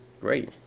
Great